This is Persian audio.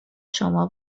شما